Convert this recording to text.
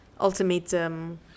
ultimatum